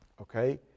okay